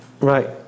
Right